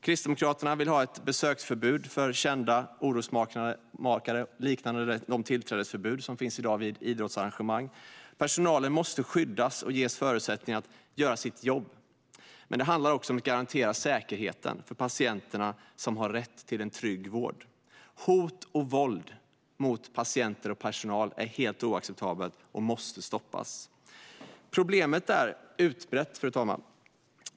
Kristdemokraterna vill ha ett besöksförbud för kända orosmakare liknande de tillträdesförbud som i dag finns vid idrottsarrangemang. Personalen måste skyddas och ges förutsättningar att göra sitt jobb. Men det handlar också om att garantera säkerheten för patienterna, som har rätt till en trygg vård. Hot och våld mot patienter och personal är helt oacceptabelt och måste stoppas. Problemet är utbrett, fru talman.